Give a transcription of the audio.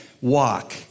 walk